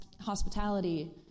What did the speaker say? Hospitality